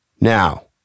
Now